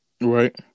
Right